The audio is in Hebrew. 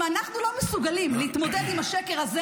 אם אנחנו לא מסוגלים להתמודד עם השקר הזה,